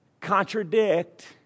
contradict